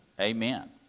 Amen